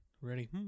Ready